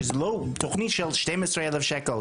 שזה לא תוכנית של 12 אלף שקל,